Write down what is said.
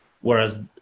Whereas